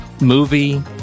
movie